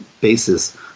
basis